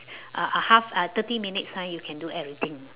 uh uh half uh thirty minutes time you can do everything